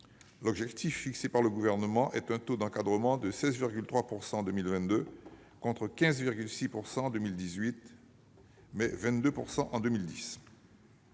L'objectif fixé par le Gouvernement est un taux d'encadrement de 16,3 % en 2022, contre 15,6 % en 2018, mais 22 % en 2010.